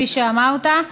כפי שאמרת.